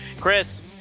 Chris